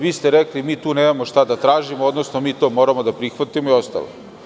Vi ste rekli – mi tu nemamo šta da tražimo, odnosno mi to moramo da prihvatimo i ostalo.